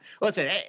listen